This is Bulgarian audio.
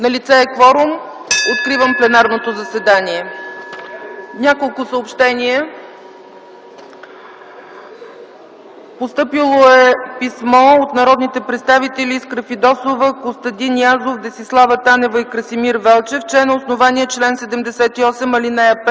Налице е кворум. Откривам пленарното заседание. (Звъни.) Няколко съобщения: Постъпило е писмо от народните представители Искра Фидосова, Костадин Язов, Десислава Танева и Красимир Велчев, че на основание чл. 78, ал. 5